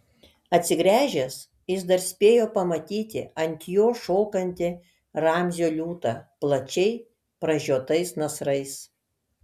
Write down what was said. atsigręžęs jis dar spėjo pamatyti ant jo šokantį ramzio liūtą plačiai pražiotais nasrais